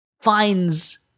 finds